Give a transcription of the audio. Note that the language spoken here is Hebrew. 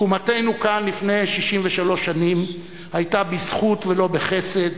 תקומתו כאן, לפני 63 שנים היתה בזכות ולא בחסד,